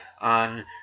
on